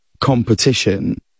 competition